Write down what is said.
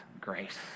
grace